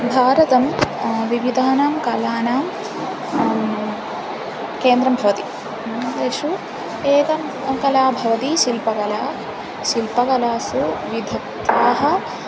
भारतं विविधानां कलानां केन्द्रं भवति तेषु एकं कला भवति शिल्पकला शिल्पकलासु विधत्ताः